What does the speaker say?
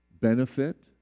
benefit